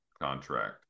contract